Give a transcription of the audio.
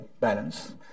balance